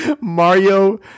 Mario